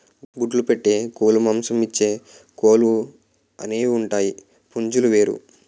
గుడ్లు పెట్టే కోలుమాంసమిచ్చే కోలు అనేవుంటాయి పుంజులు వేరు